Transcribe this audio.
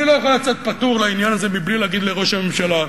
אני לא יכול לצאת פטור לעניין הזה בלי להגיד לראש הממשלה: